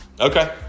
Okay